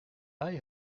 mij